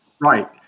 right